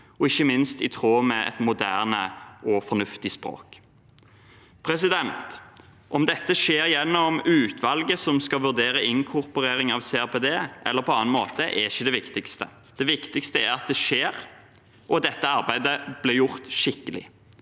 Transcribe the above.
og ikke minst i tråd med et moderne og fornuftig språk. Om dette skjer gjennom utvalget som skal vurdere inkorporering av CRPD, eller på annen måte, er ikke det viktigste. Det viktigste er at det skjer, og at dette arbeidet blir gjort skikkelig